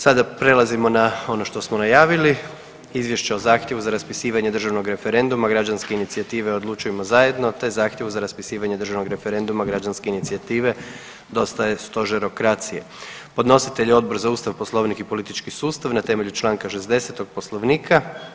Sada prelazimo na ono što smo najavili. - Izvješće o zahtjevu za raspisivanje državnog referenduma građanske inicijative „Odlučujmo zajedno!“ te zahtjevu za raspisivanje državnog referenduma građanske inicijative „Dosta je stožerokracije“ Podnositelj je Odbor za Ustav, Poslovnik i politički sustav na temelju čl. 60 Poslovnika.